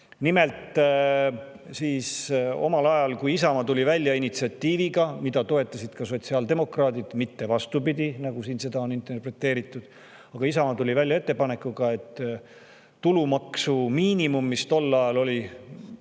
Nimelt, omal ajal tuli Isamaa välja initsiatiiviga, mida toetasid ka sotsiaaldemokraadid – mitte vastupidi, nagu siin on seda interpreteeritud. Isamaa tuli välja ettepanekuga, et tulumaksu[vaba] miinimum, mis tol ajal oli